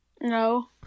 No